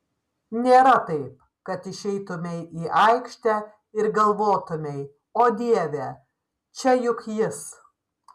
nėra taip kad išeitumei į aikštę ir galvotumei o dieve čia juk jis